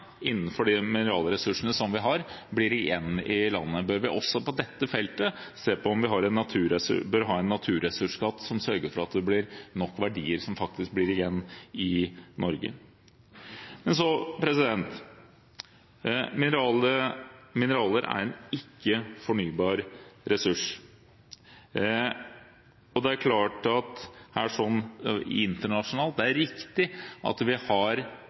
innenfor de mineralressursene vi har, blir igjen i landet. Bør vi også på dette feltet ha en naturressursskatt som sørger for at det faktisk blir nok verdier igjen i Norge? Mineraler er en ikke-fornybar ressurs. Internasjonalt er det riktig at vi – også innenfor det grønne skiftet – har behov for mange nye mineraler og metaller i forbindelse med nye produkter, som el-biler, som også er